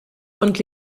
und